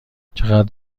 چقدر